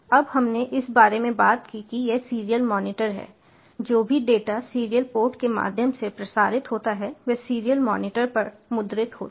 अब हमने इस बारे में बात की कि यह सीरियल मॉनिटर है जो भी डेटा सीरियल पोर्ट के माध्यम से प्रसारित होता है वह सीरियल मॉनिटर पर मुद्रित होता है